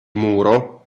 muro